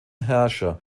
herrscher